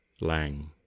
Lang